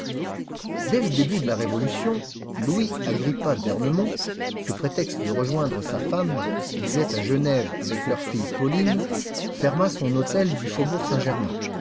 dès le début de la révolution louis agrippa d'ernemont sous prétexte de rejoindre sa femme qui vivait à genève avec leur fille pauline ferma son hôtel du faubourg saint-germain